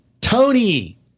Tony